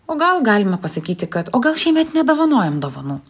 o gal galima pasakyti kad o gal šiemet nedovanojam dovanų